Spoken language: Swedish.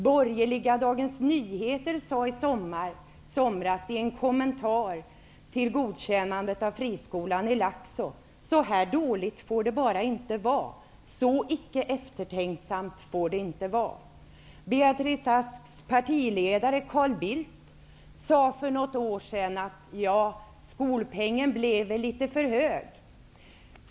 Borgerliga Dagens Nyheter skrev i somras i en kommentar till godkännandet av friskolan i Laxå: Så här dåligt får det bara inte vara. Så icke eftertänksamt får det inte vara. Beatrice Asks partiledare Carl Bildt sade för något år sedan att skolpengen blev litet för hög.